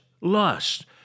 lust